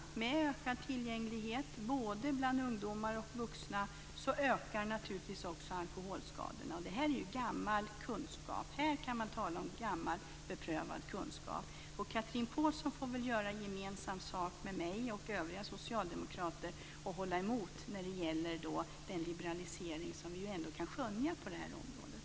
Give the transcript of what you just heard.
Med ökad tillgänglighet både för ungdomar och vuxna ökar naturligtvis också alkoholskadorna. Här kan man tala om gammal beprövad kunskap. Chatrine Pålsson får väl göra gemensam sak med mig och övriga socialdemokrater och hålla emot den liberalisering som vi kan skönja på det här området.